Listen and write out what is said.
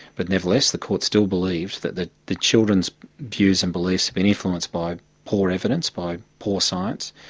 but nevertheless the court still believes that the the children's views and beliefs have been influenced by poor evidence, by poor science,